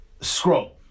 scroll